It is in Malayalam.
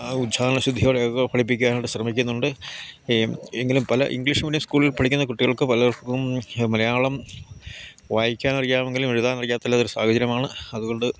ആ ഉച്ചാരണ ശുദ്ധിയോടെയൊക്കെ പഠിപ്പിക്കാനായിട്ട് ശ്രമിക്കുന്നുണ്ട് എങ്കിലും പല ഇംഗ്ലീഷ് മീഡിയം സ്കൂളിൽ പഠിക്കുന്ന കുട്ടികൾക്ക് പലർക്കും മലയാളം വായിക്കാൻ അറിയാമെങ്കിലും എഴുതാൻ അറിയത്തില്ലാത്ത ഒരു സാഹചര്യമാണ് അതുകൊണ്ട്